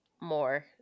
more